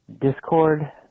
Discord